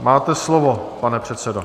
Máte slovo, pane předsedo.